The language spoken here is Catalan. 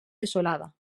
desolada